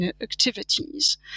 activities